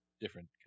Different